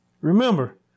Remember